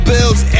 Bills